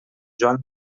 joan